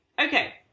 okay